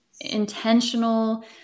intentional